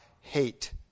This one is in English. hate